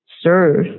serve